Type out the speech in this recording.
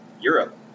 Europe